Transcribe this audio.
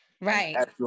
Right